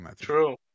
true